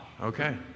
Okay